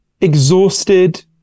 exhausted